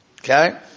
Okay